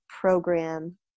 program